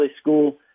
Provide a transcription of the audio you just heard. school